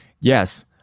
Yes